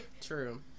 True